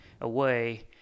away